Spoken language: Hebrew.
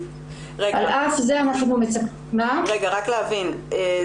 על אף זה אנחנו --- רק להבין,